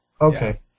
Okay